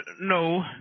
no